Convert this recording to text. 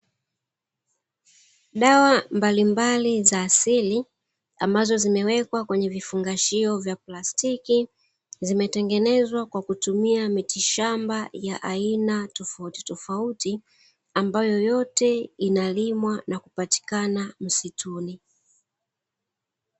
Dawa mbalimbali za asili ambazo zimewekwa kwenye vifungashio vya plastiki, zimetengenezwa kwa kutumia mitishamba ya aina tofautitofauti, ambayo yote inalimwa na kupatikana misituni.